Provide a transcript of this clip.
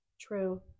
True